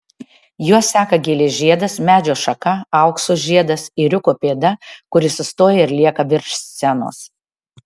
juos seka gėlės žiedas medžio šaka aukso žiedas ėriuko pėda kuri sustoja ir lieka virš scenos